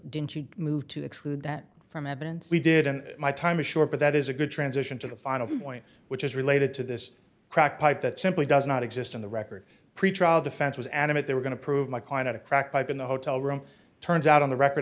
didn't you move to exclude that from evidence we did and my time is short but that is a good transition to the final point which is related to this crack pipe that simply does not exist in the record pretrial defense was adamant they were going to prove my client a crack pipe in the hotel room turns out on the record